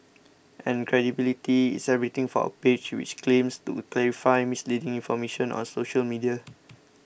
and credibility is everything for a page which claims to clarify misleading information on social media